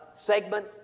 segment